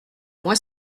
moi